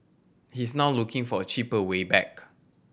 he is now looking for a cheaper way back